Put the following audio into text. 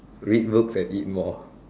read books and eat more